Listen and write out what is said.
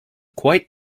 quite